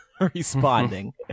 responding